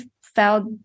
felt